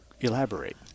elaborate